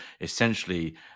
essentially